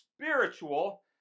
spiritual